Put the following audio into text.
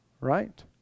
Right